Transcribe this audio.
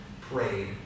prayed